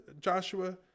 Joshua